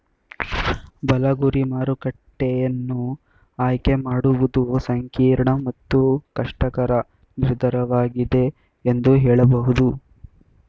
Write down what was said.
ಬಲ ಗುರಿ ಮಾರುಕಟ್ಟೆಯನ್ನ ಆಯ್ಕೆ ಮಾಡುವುದು ಸಂಕೀರ್ಣ ಮತ್ತು ಕಷ್ಟಕರ ನಿರ್ಧಾರವಾಗಿದೆ ಎಂದು ಹೇಳಬಹುದು